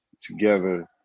together